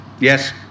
Yes